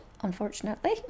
unfortunately